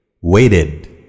Waited